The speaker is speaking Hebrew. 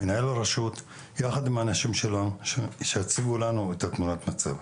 מנהל הרשות יחד עם האנשים שלו שיציגו לנו את תמונת המצב.